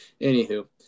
anywho